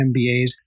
MBAs